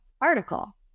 article